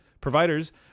providers